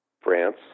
France